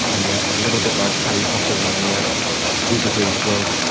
and yet, ah little bit like harry potter in the yeah wizardry world,